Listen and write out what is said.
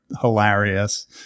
hilarious